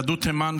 יהדות תימן,